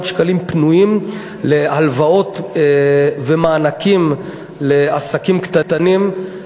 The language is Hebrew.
שקלים פנויים להלוואות ומענקים לעסקים קטנים,